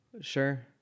sure